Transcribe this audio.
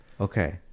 okay